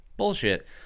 bullshit